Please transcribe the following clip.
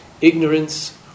Ignorance